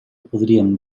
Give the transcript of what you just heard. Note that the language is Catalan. podríem